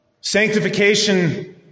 Sanctification